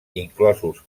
inclosos